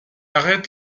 arrête